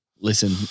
Listen